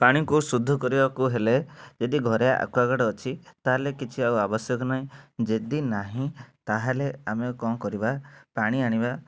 ପାଣିକି ଶୁଦ୍ଧ କରିବାକୁ ହେଲେ ଯଦି ଘରେ ଅକ୍ୱାଗାର୍ଡ ଅଛି ତାହେଲେ କିଛି ଆଉ ଆବଶ୍ୟକ ନାହିଁ ଯଦି ନାହିଁ ତାହେଲେ ଆମେ କ'ଣ କରିବା ପାଣି ଆଣିବା